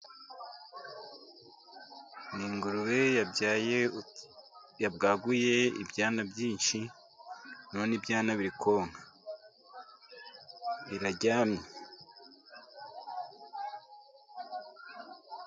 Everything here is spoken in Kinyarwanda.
Ni ingurube yabyaye yabwaguye ibyana byinshi. None ibyana biri konka iraryamye.